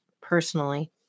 personally